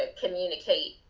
communicate